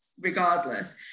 regardless